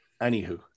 Anywho